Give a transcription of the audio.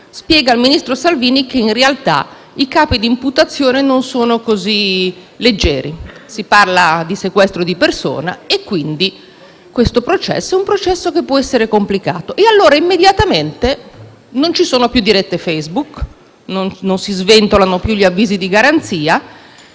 spiega al ministro Salvini che in realtà i capi di imputazione non sono così leggeri: si parla di sequestro di persona e quindi il processo può essere complicato. Ecco che allora, immediatamente, non ci sono più dirette Facebook; non si sventolano più gli avvisi di garanzia